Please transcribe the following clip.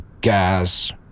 gas